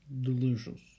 delicious